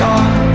God